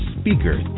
speaker